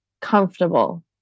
comfortable